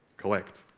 collect